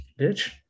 bitch